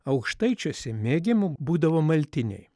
aukštaičiuose mėgiamu būdavo maltiniai